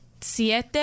siete